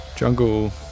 Jungle